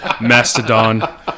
Mastodon